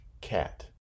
cat